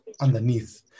underneath